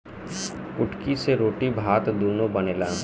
कुटकी से रोटी भात दूनो बनेला